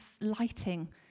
lighting